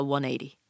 180